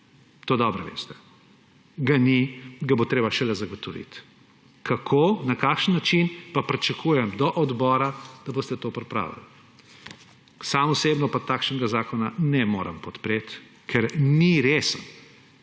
to dobro veste. Ga ni, ga bo treba šele zagotoviti. Kako, na kakšen način, pa pričakujem do odbora, da boste to pripravili. Sam osebno pa takšnega zakona ne morem podpreti, ker ni resen